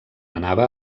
anava